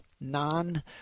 non